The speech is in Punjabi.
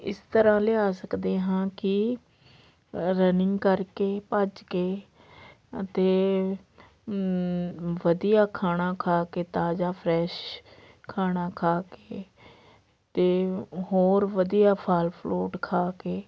ਇਸ ਤਰ੍ਹਾਂ ਲਿਆ ਸਕਦੇ ਹਾਂ ਕਿ ਰਨਿੰਗ ਕਰਕੇ ਭੱਜ ਕੇ ਅਤੇ ਵਧੀਆ ਖਾਣਾ ਖਾ ਕੇ ਤਾਜ਼ਾ ਫਰੈਸ਼ ਖਾਣਾ ਖਾ ਕੇ ਅਤੇ ਹੋਰ ਵਧੀਆ ਫ਼ਲ ਫਰੂਟ ਖਾ ਕੇ